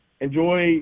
enjoy